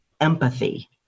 empathy